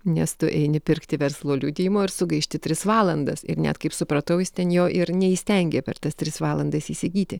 nes tu eini pirkti verslo liudijimo ir sugaišti tris valandas ir net kaip supratau jis ten jo ir neįstengė per tas tris valandas įsigyti